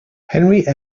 henry